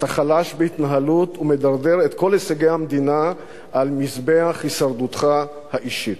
אתה חלש בהתנהלות ומדרדר את כל הישגי המדינה על מזבח הישרדותך האישית.